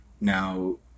Now